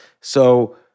So-